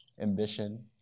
ambition